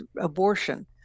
abortion